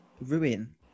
ruin